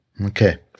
okay